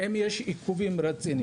יש להם עיכובים רציניים.